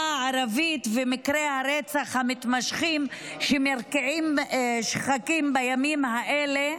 הערבית ומקרי הרצח המתמשכים שמרקיעים שחקים בימים האלה,